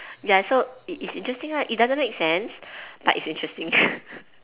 ya so it is interesting right it doesn't make sense but it is interesting